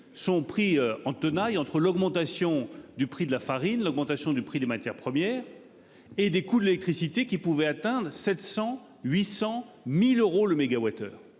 sont pris en tenaille entre l'augmentation du prix de la farine, l'augmentation du prix des matières premières. Et des coûts de l'électricité qui pouvait atteindre 700 800.000 euros le mégawattheure,